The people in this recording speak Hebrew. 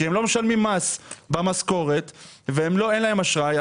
הם לא משלמים מס במשכורת ואין להם אשראי,